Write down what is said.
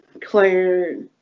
claire